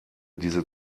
diese